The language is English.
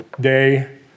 day